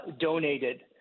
donated